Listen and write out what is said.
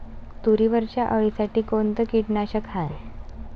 तुरीवरच्या अळीसाठी कोनतं कीटकनाशक हाये?